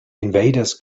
invaders